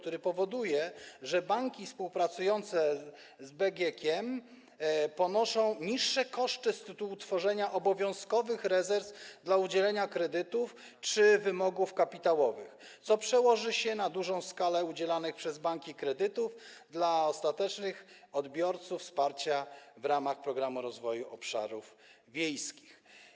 To powoduje, że banki współpracujące z BGK ponoszą niższe koszty z tytułu tworzenia obowiązkowych rezerw dla udzielenia kredytów czy wymogów kapitałowych, co przełoży się na dużą skalę udzielanych przez nie kredytów ostatecznym odbiorcom wsparcia w ramach Programu Rozwoju Obszarów Wiejskich.